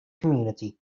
community